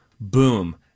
boom